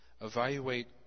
evaluate